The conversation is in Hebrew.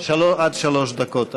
עד שלוש דקות.